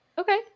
Okay